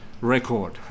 record